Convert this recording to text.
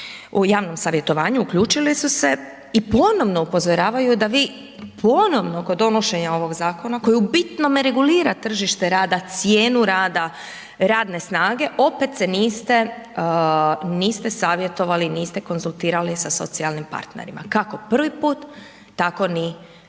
o javnom savjetovanju uključili su se i ponovno upozoravaju da vi ponovo kod donošenja ovog zakona koji u bitnome regulira tržište rada, cijenu rada radne snage opet se niste savjetovali, niste konzultirali sa socijalnim partnerima, kako prvi put, tako ni